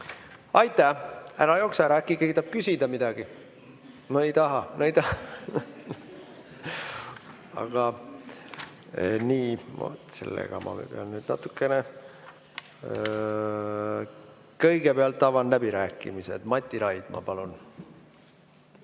Aitäh! Ära jookse ära, äkki keegi tahab küsida midagi. No ei taha. (Naerab.) Nii, sellega ma pean nüüd natukene … Kõigepealt avan läbirääkimised. Mati Raidma, palun!